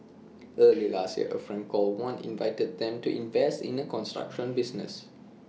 early last year A friend called wan invited them to invest in A construction business